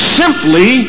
simply